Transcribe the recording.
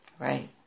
Right